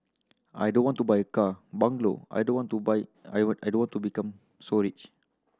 I don't want to buy a car bungalow I don't want to buy I I don't want to become so rich